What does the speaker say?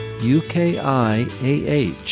UKIAH